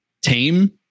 tame